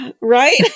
right